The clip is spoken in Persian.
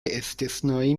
استثنایی